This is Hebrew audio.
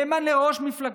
נאמן לראש מפלגתו,